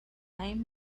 time